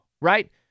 right